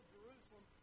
Jerusalem